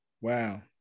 Wow